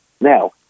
Now